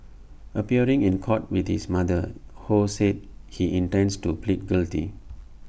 appearing in court with his mother ho said he intends to plead guilty